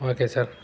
okay sir